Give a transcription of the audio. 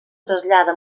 trasllada